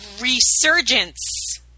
resurgence